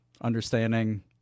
Understanding